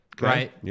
right